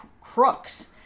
crooks